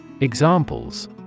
Examples